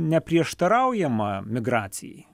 neprieštaraujama migracijai